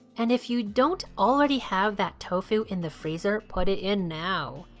and if you don't already have that tofu in the freezer, put it in now.